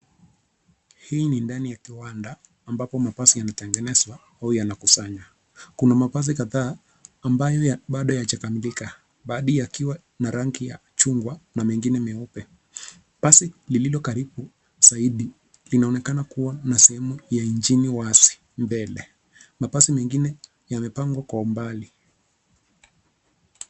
Hii ni ndani ya kiwanda ambapo mabasi yanatengenezwa au yanaksanywa. Kuna mabasi kadhaa ambayo bado hayajakamilika, baahdi yakiwa na rangi ya chungwa na mengine meupe. Basi lililo karibu zaidi, linaonekana kuwa na sehemu ya injini wazi mbele. Mabasi mengine yamepangwa kwa umbali.